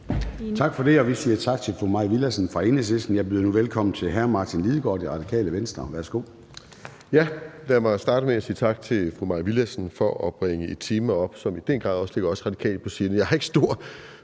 Tak for det. Vi siger tak til fru Mai Villadsen fra Enhedslisten. Jeg byder nu velkommen til hr. Martin Lidegaard, Radikale Venstre. Værsgo. Kl. 13:46 Spm. nr. US 24 Martin Lidegaard (RV): Lad mig starte med at sige tak til fru Mai Villadsen for at bringe et tema op, som i den grad også ligger os i Radikale på sinde. Jeg har ikke stor